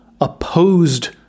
opposed